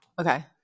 Okay